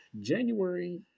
January